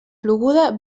ploguda